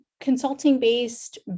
consulting-based